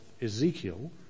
Ezekiel